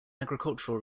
agricultural